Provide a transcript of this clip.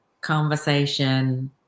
conversation